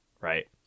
right